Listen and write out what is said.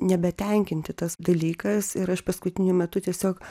nebetenkinti tas dalykas ir aš paskutiniu metu tiesiog